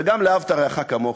וגם "ואהבת לרעך כמוך",